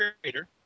creator